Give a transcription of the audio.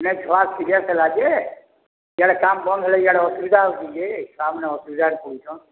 ନାଇ ଛୁଆ ସିରିୟସ୍ ହେଲା ଯେ ଇଆଡ଼େ କାମ୍ ବନ୍ଦ ହେଲେ ଇଆଡ଼େ ଅସୁବିଧା ହେଉଛେ ଯେ ଛୁଆମାନେ ଅସୁବିଧାରେ ପଡ଼ୁଛନ୍